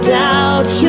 doubt